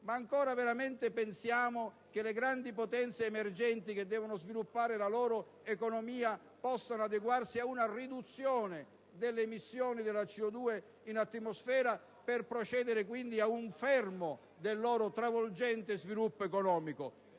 pensiamo veramente che le grandi potenze emergenti che devono sviluppare la loro economia possano adeguarsi a una riduzione delle emissioni di CO2 in atmosfera per procedere quindi a un fermo del loro travolgente sviluppo economico?